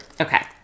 okay